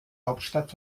hauptstadt